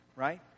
right